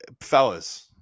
fellas